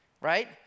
Right